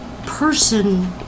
person